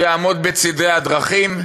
שיעמוד בצדי הדרכים,